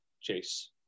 chase